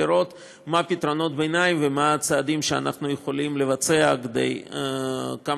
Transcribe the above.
לראות מה פתרונות הביניים ומה הצעדים שאנחנו יכולים לבצע כדי מצד